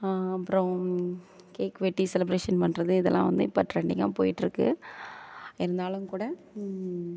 அப்பறம் கேக்கு வெட்டி செலெப்ரேஷன் பண்ணுறது இதெல்லாம் வந்து இப்போ ட்ரெண்டிங்காக போய்ட்டு இருக்குது இருந்தாலும் கூட